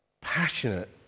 passionate